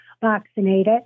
vaccinated